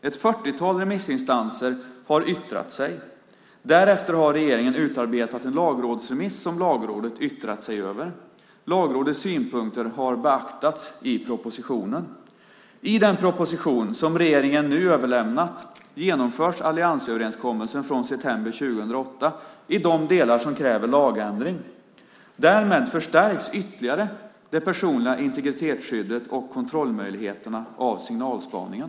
Ett fyrtiotal remissinstanser har yttrat sig. Därefter har regeringen utarbetat en lagrådsremiss som Lagrådet yttrat sig över. Lagrådets synpunkter har beaktats i propositionen. I den proposition som regeringen nu överlämnat genomförs alliansöverenskommelsen från september 2008 i de delar som kräver lagändring. Därmed förstärks ytterligare det personliga integritetsskyddet och kontrollmöjligheterna av signalspaningen.